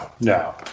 no